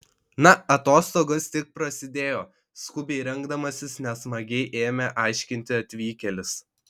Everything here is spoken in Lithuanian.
na atostogos tik prasidėjo skubiai rengdamasis nesmagiai ėmė aiškinti atvykėlis